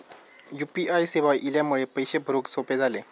U P I सेवा इल्यामुळे पैशे भरुक सोपे झाले